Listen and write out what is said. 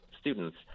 students